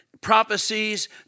Prophecies